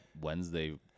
wednesday